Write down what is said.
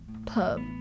pub